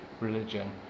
religion